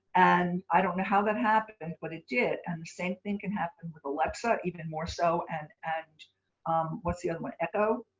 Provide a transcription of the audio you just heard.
and i don't know how that happened. but it did. and the same thing can happen with alexa, even more so. and and what's the other one, echo,